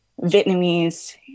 Vietnamese